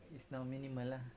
mm mm